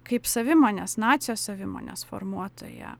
kaip savimonės nacijos savimonės formuotoja